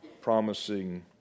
promising